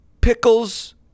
pickles